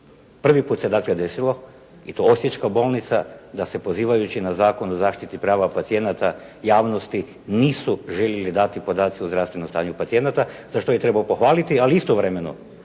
Prvi put se dakle desilo i to osječka bolnica da se pozivajući na Zakon o zaštiti prava pacijenata javnosti nisu želili dati podaci o zdravstvenom stanju pacijenata za što ih treba pohvaliti. Ali istovremeno